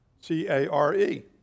C-A-R-E